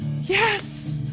Yes